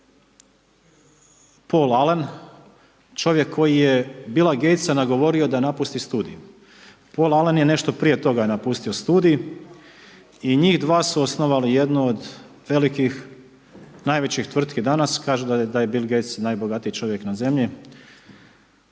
Poll Alen, čovjek koji je Billa Gatesa nagovorio da napusti studij. Poll Alen je nešto prije toga napustio studij i njih 2 su osnovali jednu od velikih ,najvećih tvrtki danas, kažu da je Bill Gates najbogatiji čovjek na zemlji.